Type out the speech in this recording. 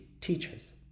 teachers